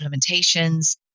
implementations